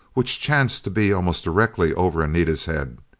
which chanced to be almost directly over anita's head.